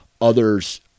others